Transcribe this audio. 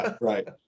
Right